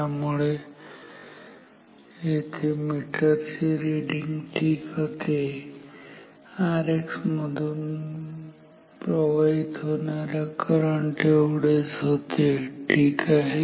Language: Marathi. त्यामुळे येथे मीटरचे रिडिंग ठीक होते ते Rx मधून प्रवाहित होणाऱ्या करंट एवढेच होते ठीक आहे